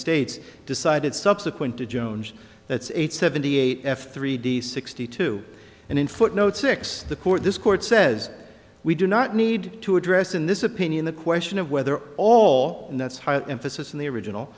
states decided subsequent to jones that's eight seventy eight f three d sixty two and in footnote six the court this court says we do not need to address in this opinion the question of whether all that's higher emphasis in the original